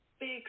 big